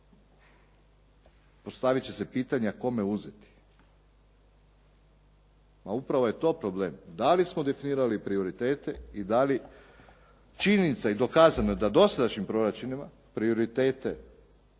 postaviti će se pitanja kome uzeti. A upravo je to problem. Da li smo definirali prioritete i da li činjenica je i dokazano je da dosadašnjim proračunima prioritete